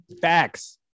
Facts